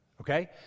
Okay